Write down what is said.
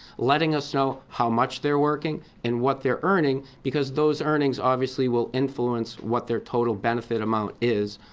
letting us know how much they're working and what they're earning because those earnings obviously will influence what their total benefit amount is.